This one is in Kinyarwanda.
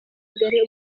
imbere